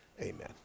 amen